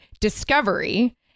discovery